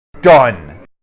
Done